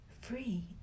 Free